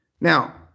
Now